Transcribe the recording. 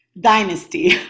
Dynasty